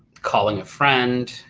calling a friend,